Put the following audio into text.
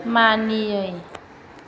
मानियै